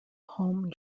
home